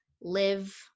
live